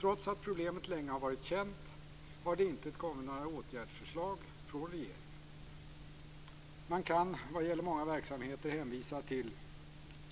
Trots att problemet länge varit känt har det inte kommit några åtgärdsförslag från regeringen. Man kan vad gäller många verksamheter hänvisa till